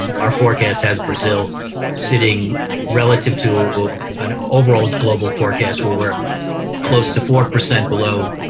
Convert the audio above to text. our forecast has brazil sitting relative to an overall global forecast where we're close to four percent below